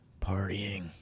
partying